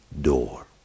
door